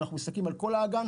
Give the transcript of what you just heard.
אנחנו מסתכלים על כל האגן,